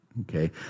Okay